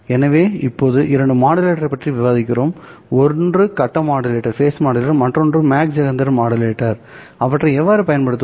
எனவே இப்போது இரண்டு மாடுலேட்டர்களைப் பற்றி விவாதித்தோம் ஒன்று கட்டம் மாடுலேட்டர் மற்றும் மற்றொன்று மாக் ஜெஹெண்டர் மாடுலேட்டர் அவற்றை எவ்வாறு பயன்படுத்துவது